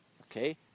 Okay